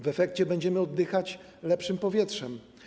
W efekcie będziemy oddychać lepszym powietrzem.